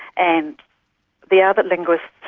and the other linguists